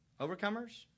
Overcomers